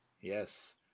yes